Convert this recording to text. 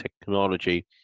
technology